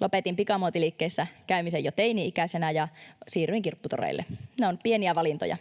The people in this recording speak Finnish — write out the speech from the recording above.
Lopetin pikamuotiliikkeessä käymisen jo teini-ikäisenä ja siirryin kirpputoreille. Ne ovat pieniä valintoja.